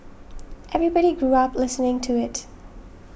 everybody grew up listening to it